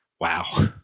Wow